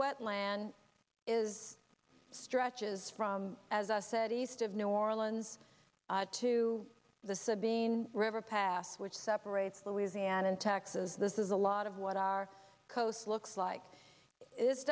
wetland is stretches from as i said east of new orleans to the sabine river pass which separates louisiana in taxes this is a lot of what our coast looks like i